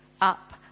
up